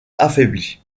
affaiblie